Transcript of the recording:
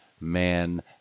man